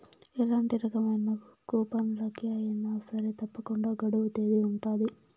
ఎలాంటి రకమైన కూపన్లకి అయినా సరే తప్పకుండా గడువు తేదీ ఉంటది